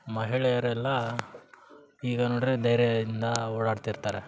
ಮಹಿಳೆಯರೆಲ್ಲ ಈಗ ನೋಡ್ರೆ ಧೈರ್ಯದಿಂದ ಓಡಾಡ್ತಿರ್ತರೆ